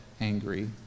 angry